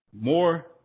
more